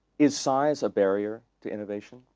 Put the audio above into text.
is size a barrier to innovation?